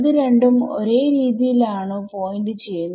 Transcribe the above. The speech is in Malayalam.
അത് രണ്ടും ഒരേ രീതിയിൽ ആണോ പോയിന്റ് ചെയ്യുന്നത്